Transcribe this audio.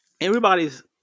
everybody's